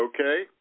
Okay